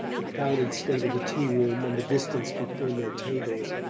the crowded state of the tea-room, and the distance between their tables,